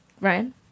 Ryan